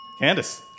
Candice